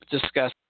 discuss